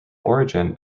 origin